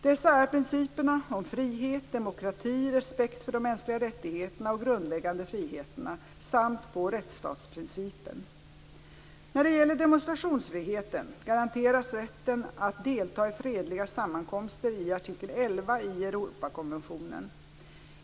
Dessa är principerna om frihet, demokrati, respekt för de mänskliga rättigheterna och grundläggande friheterna samt rättsstatsprincipen. När det gäller demonstrationsfriheten garanteras rätten att delta i fredliga sammankomster i artikel 11 i Europakonventionen.